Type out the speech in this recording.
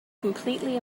completely